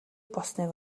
болсныг